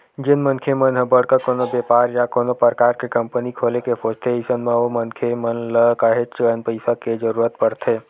जेन मनखे मन ह बड़का कोनो बेपार या कोनो परकार के कंपनी खोले के सोचथे अइसन म ओ मनखे मन ल काहेच कन पइसा के जरुरत परथे